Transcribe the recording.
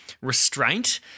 restraint